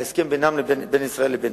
ההסכם בין ישראל לבינם.